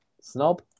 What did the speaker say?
Snob